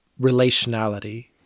relationality